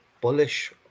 bullish